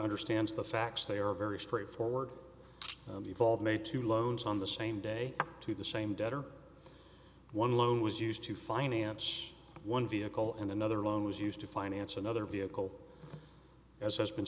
understands the facts they are very straightforward evolve may two loans on the same day to the same debtor one loan was used to finance one vehicle and another loan was used to finance another vehicle as has been